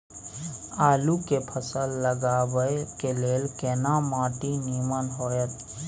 आलू के फसल लगाबय के लेल केना माटी नीमन होयत?